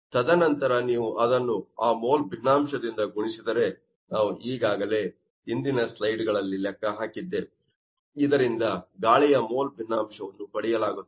ತದನಂತರ ನೀವು ಅದನ್ನು ಆ ಮೋಲ್ ಭಿನ್ನಾಂಶದಿಂದ ಗುಣಿಸಿದರೆ ನಾವು ಈಗಾಗಲೇ ಹಿಂದಿನ ಸ್ಲೈಡ್ಗಳಲ್ಲಿ ಲೆಕ್ಕ ಹಾಕಿದ್ದೇವೆ ಇದರಿಂದ ಗಾಳಿಯ ಮೋಲ್ ಭಿನ್ನಾಂಶವನ್ನು ಪಡೆಯಲಾಗುತ್ತದೆ